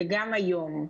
וגם היום,